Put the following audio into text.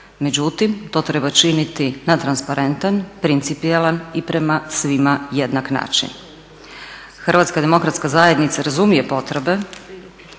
međutim to treba činiti na transparentan, principijelan i prema svima jednak način. Hrvatska demokratska zajednica razumije potrebe